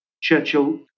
Churchill